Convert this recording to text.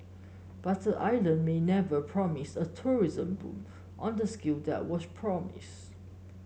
but the island may never promise a tourism boom on the scale that was promised